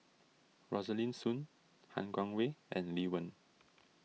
Rosaline Soon Han Guangwei and Lee Wen